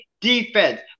defense